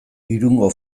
irungo